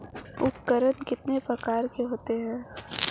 उपकरण कितने प्रकार के होते हैं?